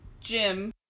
Jim